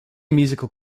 musical